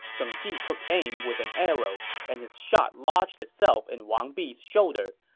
geng ji took aim with an arrow, and his shot lodged itself in wang bi's shoulder,